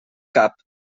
cap